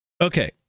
Okay